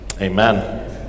Amen